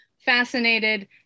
fascinated